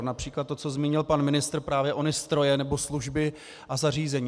Například to, co zmínil pan ministr, právě ony stroje nebo služby a zařízení.